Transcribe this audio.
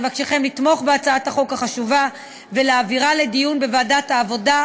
נבקשכם לתמוך בהצעת החוק החשובה ולהעבירה לדיון בוועדת העבודה,